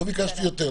לא ביקשתי יותר.